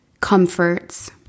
comforts